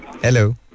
Hello